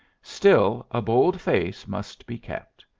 still, a bold face must be kept.